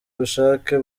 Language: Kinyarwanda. ubushake